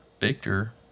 Victor